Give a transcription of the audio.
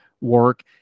work